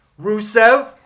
Rusev